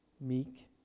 meek